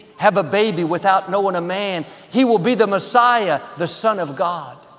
have a baby without knowing a man. he will be the messiah, the son of god.